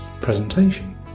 presentation